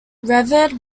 revered